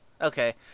Okay